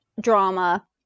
drama